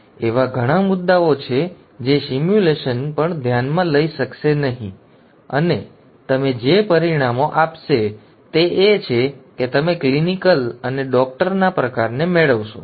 એવા ઘણા બધા મુદ્દાઓ છે જે સિમ્યુલેશન પણ ધ્યાનમાં લઈ શકશે નહીં અને તમે જે પરિણામો આપશો તે એ છે કે તમે ક્લિનિકલ અને ડોક્ટર ના પ્રકારને મેળવશો